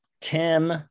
Tim